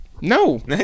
no